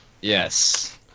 Yes